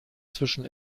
zwischen